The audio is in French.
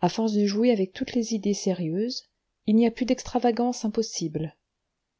à force de jouer avec toutes les idées sérieuses il n'y a plus d'extravagances impossibles